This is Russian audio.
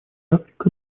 африка